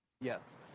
yes